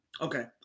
Okay